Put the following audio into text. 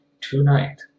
tonight